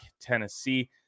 Tennessee